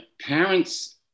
parents